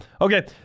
Okay